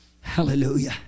hallelujah